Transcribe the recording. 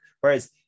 Whereas